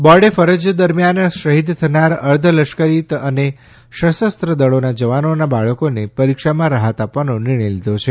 બોર્ડે ફરજ દરમ્યાન શહિદ થનાર અર્ધ લશ્કરી અને સશસ્ત્ર દળોના જવાનોના બાળકોને પરીક્ષામાં રાહત આપવાનો નિર્ણય લીધો છે